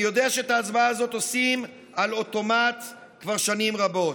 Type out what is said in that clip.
אני יודע שאת ההצבעה הזאת עושים על אוטומט כבר שנים רבות,